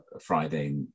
Friday